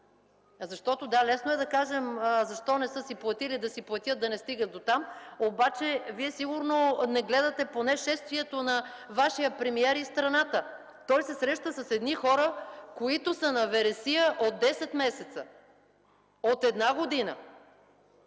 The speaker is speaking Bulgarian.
Защото, да – лесно е да кажем защо не са си платили, да си платят, за да не стигат дотам, обаче Вие сигурно не гледате поне шествието на Вашия премиер из страната. Той се среща с едни хора, които са на вересия от 10 месеца, от една година!